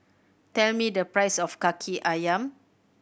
tell me the price of Kaki Ayam